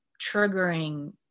triggering